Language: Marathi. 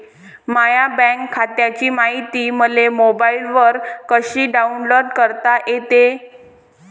माह्या बँक खात्याची मायती मले मोबाईलवर कसी डाऊनलोड करता येते?